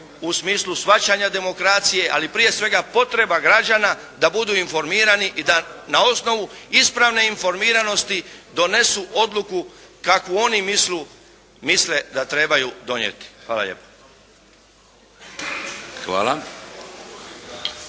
u smislu shvaćanja demokracije, ali prije svega potreba građana da budu informirani i da na osnovu ispravne informiranosti donesu odluku kakvu oni misle da trebaju donijeti. Hvala lijepo.